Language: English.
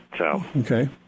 Okay